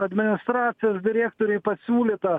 administracijos direktoriui pasiūlyta